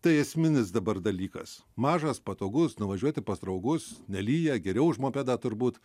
tai esminis dabar dalykas mažas patogus nuvažiuoti pas draugus nelyja geriau už mopedą turbūt